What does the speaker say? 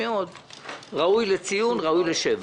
ראוי לציון ולשבח.